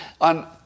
On